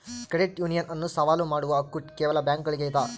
credit union ಅನ್ನು ಸವಾಲು ಮಾಡುವ ಹಕ್ಕು ಕೇವಲ ಬ್ಯಾಂಕುಗುಳ್ಗೆ ಇದ